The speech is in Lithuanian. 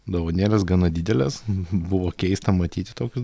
dovanėlės gana didelės buvo keista matyti tokius